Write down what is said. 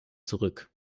zurück